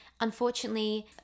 Unfortunately